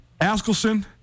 Askelson